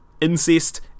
incest